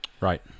right